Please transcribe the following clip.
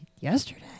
yesterday